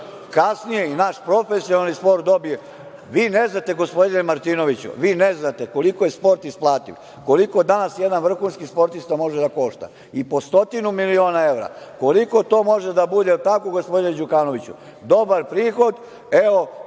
kasnije i naš profesionalni sport dobije. Vi ne znate gospodine Martinoviću koliko je sport isplativ, koliko danas jedan vrhunski sportista može da košta. I po stotinu miliona evra. Koliko to može da bude, je li tako gospodine Đukanoviću, dobar prihod. Evo,